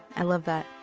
i love that.